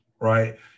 right